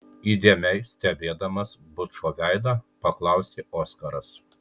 įdėmiai stebėdamas bučo veidą paklausė oskaras